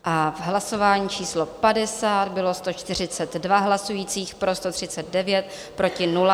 V hlasování číslo 50 bylo 142 hlasujících, pro 139, proti 0.